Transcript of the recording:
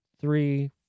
three